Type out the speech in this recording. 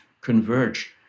converge